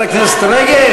מיקי, תאגידי המים?